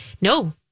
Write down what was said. No